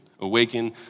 Awaken